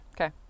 Okay